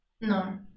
No